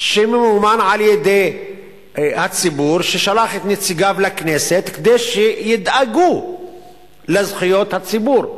שממומן על-ידי הציבור ששלח את נציגיו לכנסת כדי שידאגו לזכויות הציבור.